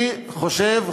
אני חושב,